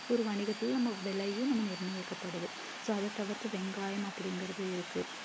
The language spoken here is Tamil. ஒரு வணிகத்தில் நம்ம விலையும் நம்ம நிர்ணயிக்கப்படுது ஸோ அதை தவிர்த்து வெங்காயம் அப்படிங்கறது இருக்குது